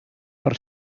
per